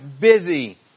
busy